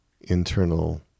internal